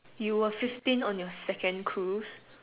you were fifteen on your second Cruise